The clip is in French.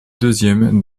deuxième